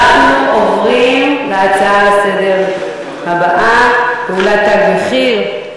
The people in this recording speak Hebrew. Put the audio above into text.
אנחנו עוברים להצעות הבאות לסדר-היום: פעולות "תג מחיר",